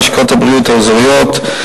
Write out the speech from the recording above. לשכות הבריאות האזוריות,